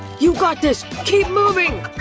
you got this, keep moving!